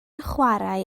chwarae